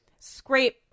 scrape